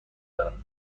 دارم